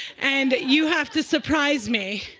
and you have to surprise me.